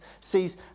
sees